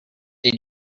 did